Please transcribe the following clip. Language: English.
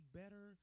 better